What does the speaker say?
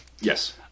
Yes